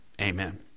Amen